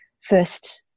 first